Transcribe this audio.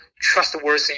trustworthy